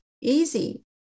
easy